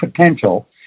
potential